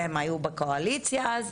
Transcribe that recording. והן היו בקואליציה אז.